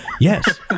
yes